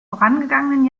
vorangegangenen